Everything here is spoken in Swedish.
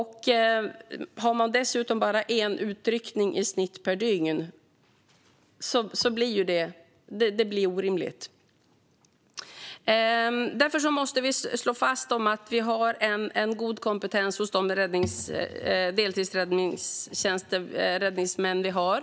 Har man dessutom bara en utryckning i snitt per dygn blir det orimligt. Vi måste se till att vi har en god kompetens hos de deltidsräddningsmän vi har.